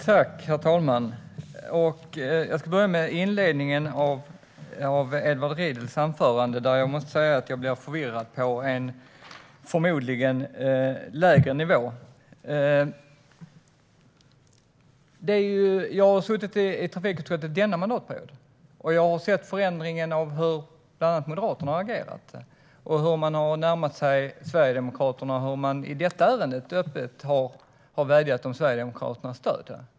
Herr talman! Jag börjar med inledningen av Edward Riedls anförande. Jag måste säga att jag blev förvirrad på en förmodligen lägre nivå. Jag har suttit i trafikutskottet denna mandatperiod. Jag har sett förändringen av hur bland annat Moderaterna har agerat, hur man har närmat sig Sverigedemokraterna och i detta ärende öppet har vädjat om Sverigedemokraternas stöd.